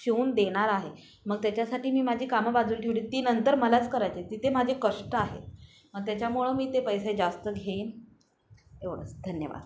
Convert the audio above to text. शिवून देणार आहे मग त्याच्यासाठी मी माझी कामं बाजूल ठेवली ती नंतर मलाच करायची आहेत तिथे माझे कष्ट आहेत मग त्याच्यामुळं मी ते पैसे जास्त घेईन एवढंच धन्यवाद